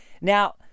Now